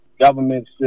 government